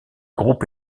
groupe